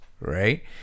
right